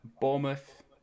Bournemouth